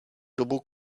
dobu